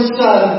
son